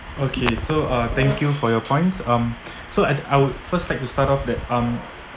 okay so uh thank you for your points um so at I would first like to start off that um